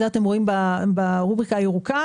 את זה אתם רואים ברובריקה הירוקה.